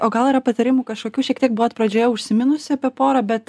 o gal yra patarimų kažkokių šiek tiek buvot pradžioje užsiminusi apie porą bet